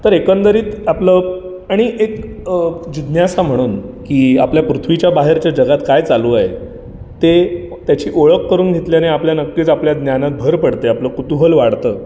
तर एकंदरीत आपलं आणि एक जिज्ञासा म्हणून की आपल्या पृथ्वीच्या बाहेरच्या जगात काय चालू आहे ते त्याची ओळख करून घेतल्याने आपल्या नक्कीच आपल्या ज्ञानात भर पडते आपलं कुतूहल वाढतं